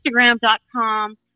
Instagram.com